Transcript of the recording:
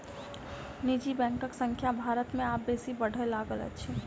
निजी बैंकक संख्या भारत मे आब बेसी बढ़य लागल अछि